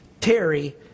Terry